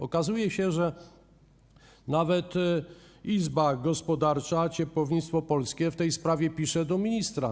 Okazuje się, że nawet Izba Gospodarcza Ciepłownictwo Polskie pisze w tej sprawie do ministra.